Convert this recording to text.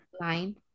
line